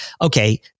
okay